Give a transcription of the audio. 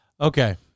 Okay